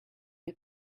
you